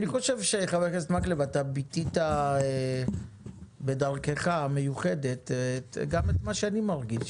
אני חושב שביטאת בדרכך המיוחדת גם את מה שאני מרגיש.